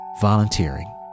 volunteering